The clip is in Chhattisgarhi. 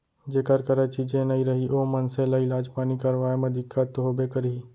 जेकर करा चीजे नइ रही ओ मनसे ल इलाज पानी करवाय म दिक्कत तो होबे करही